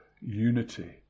unity